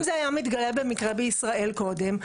ואם זה היה מתגלה במקרה בישראל קודם?